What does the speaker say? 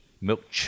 milk